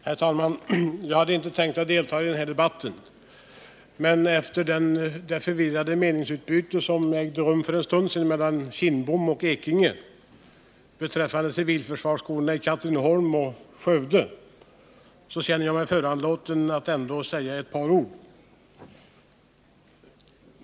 Herr talman! Jag hade inte tänkt delta i den här debatten, men efter det förvirrade meningsutbyte som ägde rum för en stund sedan mellan Bengt Kindbom och Bernt Ekinge beträffande civilförsvarsskolorna i Katrineholm och Skövde känner jag mig föranlåten att ändå säga ett par ord.